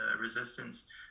resistance